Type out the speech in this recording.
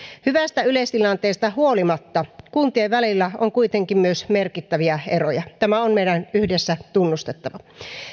hyvästä yleistilanteesta huolimatta kuntien välillä on kuitenkin myös merkittäviä eroja tämä on meidän yhdessä tunnustettava